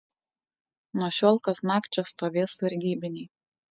nuo šiol kasnakt čia stovės sargybiniai